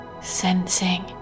sensing